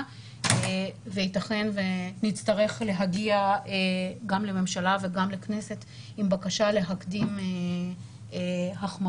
ויתכן ונצטרך להגיע גם לממשלה וגם לכנסת עם בקשה להקדים החמרה